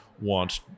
want